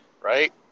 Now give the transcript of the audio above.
Right